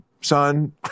son